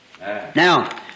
Now